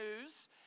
news